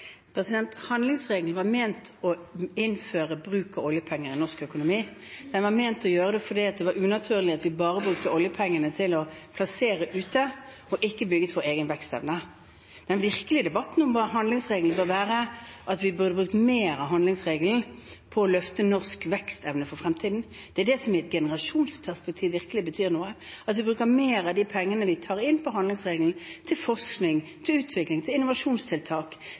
Handlingsregelen var ment å innføre bruk av oljepenger i norsk økonomi. Den var ment å gjøre det fordi det var unaturlig at vi bare plasserte oljepengene ute og ikke brukte dem til å bygge vår egen vekstevne. Den virkelige debatten om hva handlingsregelen bør være, er om vi burde bruke mer penger gjennom handlingsregelen for å løfte den norske vekstevnen for fremtiden. Det er det som i et generasjonsperspektiv virkelig betyr noe – at vi bruker mer av de pengene vi tar inn, gjennom handlingsregelen, til forskning, utvikling, innovasjonstiltak, vekstfremmende skattelettelser og til